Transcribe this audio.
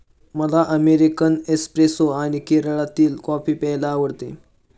मला American espresso आणि केरळातील कॉफी प्यायला आवडते